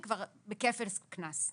היא בכפל קנס.